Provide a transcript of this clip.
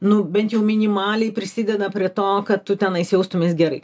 nu bent jau minimaliai prisideda prie to kad tu tenais jaustumeis gerai